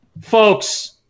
Folks